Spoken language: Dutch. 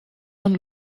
een